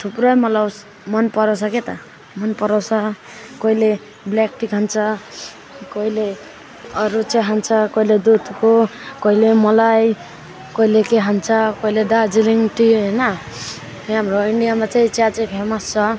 थुप्रो मतलब मनपराउँछ क्या त मनपराउँछ कोहीले ब्ल्याक टी खान्छ कोहीले अरू चिया खान्छ कोहीले दुधको कोहीले मलाई कोहीले के खान्छ कोहीले दार्जिलिङ टी होइन यहाँ हाम्रो इन्डियामा चाहिँ चिया चाहिँ फेमस छ